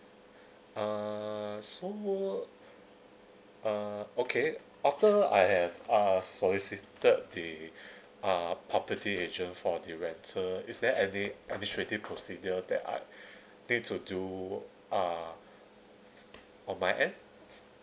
uh so uh okay after I have uh solicited the uh property agent for the rental is there any administrative procedure that I need to do uh on my end